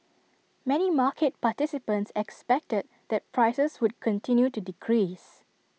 many market participants expected that prices would continue to decrease